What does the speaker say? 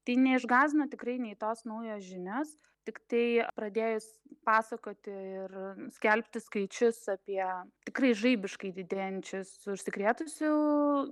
tai neišgąsdino tikrai nei tos naujos žinios tiktai pradėjus pasakoti ir skelbti skaičius apie tikrai žaibiškai didėjančius užsikrėtusių